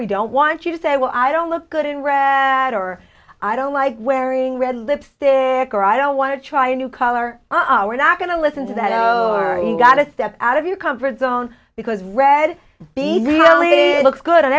we don't want you to say well i don't look good in red or i don't like wearing red lipstick or i don't want to try a new color on our not going to listen to that oh are you gotta step out of your comfort zone because red big rally looks good on